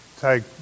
take